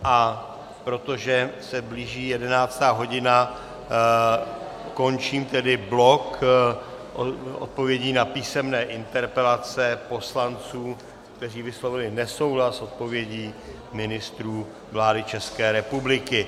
A protože se blíží 11. hodina, končím tedy blok odpovědí na písemné interpelace poslanců, kteří vyslovili nesouhlas s odpovědí ministrů vlády České republiky.